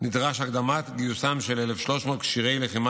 נדרשה הקדמת גיוסם של 1,300 כשירי לחימה